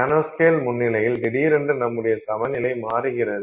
nanoscale முன்னிலையில் திடீரென்று நம்முடைய சமநிலை மாறுகிறது